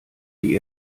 die